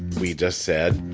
we just said,